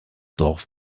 dorf